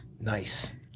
Nice